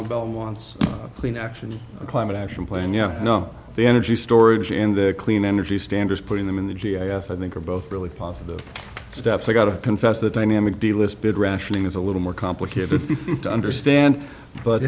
about wants clean action climate action plan yeah you know the energy storage and the clean energy standards putting them in the g i s i think are both really positive steps i got to confess that dynamic delist bid rationing is a little more complicated to understand